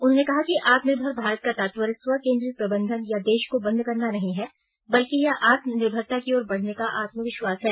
उन्होंने कहा कि आत्मनिर्भर भारत का तात्पर्य स्व केन्द्रित प्रबंधन या देश को बंद करना नहीं है बल्कि यह आत्मनिर्भरता की ओर बढ़ने का आत्मविश्वास है